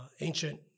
ancient